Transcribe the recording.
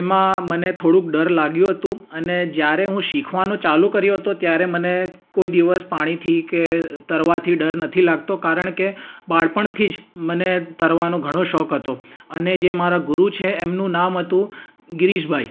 એમાં મને થોડુંક ડર લાગ્યું હતું અને જયારે હું શીખવાનું ચાલુ કર્યું હતો ત્યારે મને કોઈ દિવસ પાણીથી કે તરવાથી ડર નથી લાગતો કારણ કે બાળપણથી જ મને તરવાનો ઘણો શોખ હતો અને જે મારા ગુરુ છે એમનું નામ હતું ગીરીશભાઈ